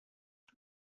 but